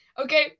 okay